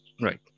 Right